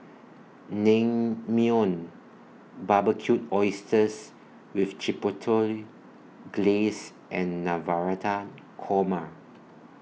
Naengmyeon Barbecued Oysters with Chipotle Glaze and Navratan Korma